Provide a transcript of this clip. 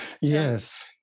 yes